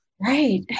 right